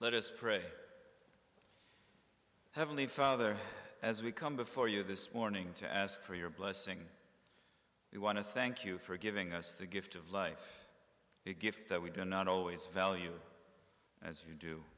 let us pray heavenly father as we come before you this morning to ask for your blessing we want to thank you for giving us the gift of life you give that we do not always value as you do